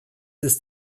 ist